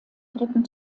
dritten